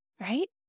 right